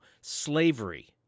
Slavery